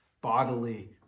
bodily